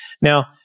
Now